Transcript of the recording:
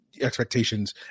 expectations